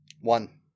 One